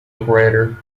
operator